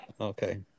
okay